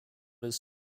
his